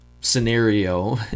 scenario